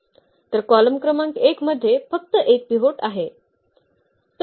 तर कॉलम क्रमांक 1 मध्ये फक्त एक पिव्होट आहे